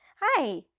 Hi